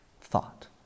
thought